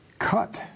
cut